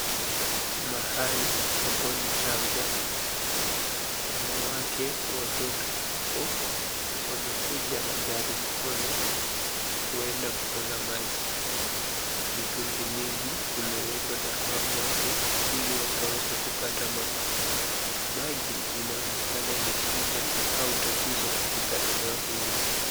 Mahali hapo ni jangwa, wanawake kwa watoto hapo, wamekuja na garimkono kuenda kubeba maji. Mitungi mingi imeletwa na hawa watu, ili wakaweze kupata maji. Maji inaonekana ni shida, au tatizo katika eneo hili.